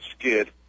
skid